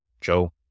Joe